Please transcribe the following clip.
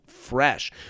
fresh